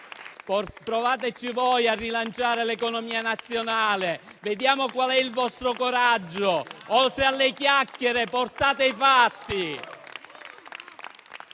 Provate voi a rilanciare l'economia nazionale. Vediamo qual è il vostro coraggio. Oltre alle chiacchiere, portate i fatti.